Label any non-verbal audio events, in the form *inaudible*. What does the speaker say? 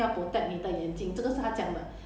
*noise*